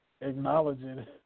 acknowledging